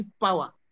power